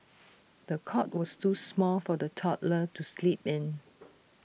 the cot was too small for the toddler to sleep in